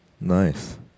Nice